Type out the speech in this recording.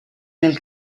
nel